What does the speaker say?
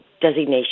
designation